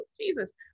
Jesus